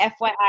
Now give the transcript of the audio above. FYI